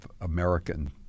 American